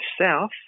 south